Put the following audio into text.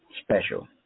special